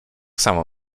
samo